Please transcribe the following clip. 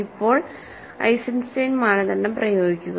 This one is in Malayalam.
ഇപ്പോൾ ഐസൻസ്റ്റൈൻ മാനദണ്ഡം പ്രയോഗിക്കുക